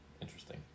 Interesting